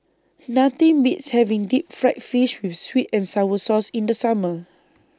Nothing Beats having Deep Fried Fish with Sweet and Sour Sauce in The Summer